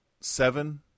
seven